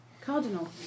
Cardinal